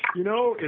you know,